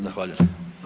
Zahvaljujem.